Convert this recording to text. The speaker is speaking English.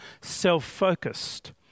self-focused